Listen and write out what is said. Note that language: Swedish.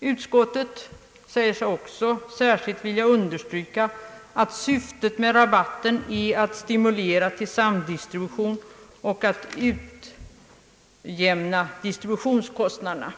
Utskottet säger sig också särskilt vilja understryka att syftet med rabbaten är att stimulera till samdistribution och att utjämna distributionskostnaderna.